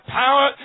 power